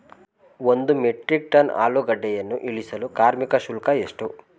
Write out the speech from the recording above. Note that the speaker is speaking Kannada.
ಒಂದು ಮೆಟ್ರಿಕ್ ಟನ್ ಆಲೂಗೆಡ್ಡೆಯನ್ನು ಇಳಿಸಲು ಕಾರ್ಮಿಕ ಶುಲ್ಕ ಎಷ್ಟು?